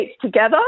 together